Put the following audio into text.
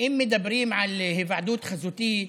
אם מדברים על היוועדות חזותית,